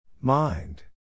Mind